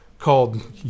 called